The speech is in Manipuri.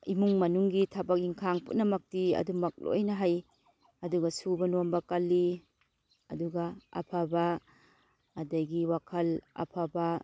ꯏꯃꯨꯡ ꯃꯅꯨꯡꯒꯤ ꯊꯕꯛ ꯏꯟꯈꯥꯡ ꯄꯨꯝꯅꯃꯛꯇꯤ ꯑꯗꯨꯃꯛ ꯂꯣꯏꯅ ꯍꯩ ꯑꯗꯨꯒ ꯁꯨꯕ ꯅꯣꯝꯕ ꯀꯜꯂꯤ ꯑꯗꯨꯒ ꯑꯐꯕ ꯑꯗꯒꯤ ꯋꯥꯈꯜ ꯑꯐꯕ